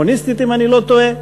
תיכוניסטית אם אני לא טועה,